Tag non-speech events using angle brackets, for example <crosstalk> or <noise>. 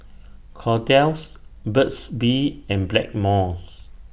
Kordel's Burt's Bee and Blackmores <noise>